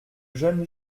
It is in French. jeune